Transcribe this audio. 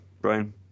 Brian